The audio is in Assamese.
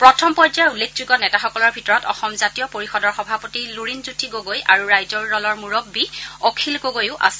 প্ৰথম পৰ্য্যায়ৰ উল্লেখযোগ্য নেতাসকলৰ ভিতৰত অসম জাতীয় পৰিষদৰ সভাপতি লুৰীণ জ্যোতি গগৈ আৰু ৰাইজৰ দলৰ মূৰববী অখিল গগৈও আছে